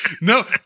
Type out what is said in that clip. no